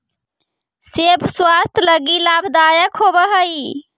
सेब स्वास्थ्य के लगी लाभदायक होवऽ हई